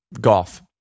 Golf